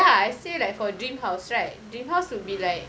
I say like for a dream house right the house to be like